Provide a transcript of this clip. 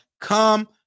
come